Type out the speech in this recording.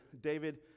David